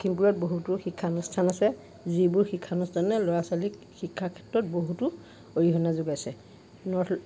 লখিমপুৰত বহুতো শিক্ষানুষ্ঠান আছে যিবোৰ শিক্ষানুষ্ঠানে ল'ৰা ছোৱালীক শিক্ষাৰ ক্ষেত্ৰত বহুতো অৰিহণা যোগাইছে নৰ্থ